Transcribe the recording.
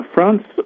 France